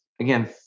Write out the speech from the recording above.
again